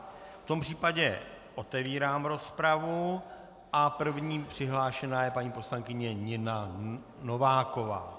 V tom případě otevírám rozpravu a první přihlášená je paní poslankyně Nina Nováková.